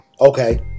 Okay